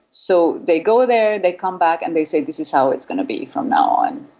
so they go there, they come back and they say this is how it's going to be from now on.